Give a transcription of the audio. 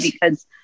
because-